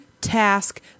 task